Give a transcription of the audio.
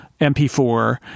MP4